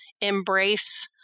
embrace